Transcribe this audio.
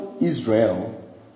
Israel